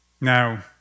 Now